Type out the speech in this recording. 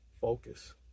focus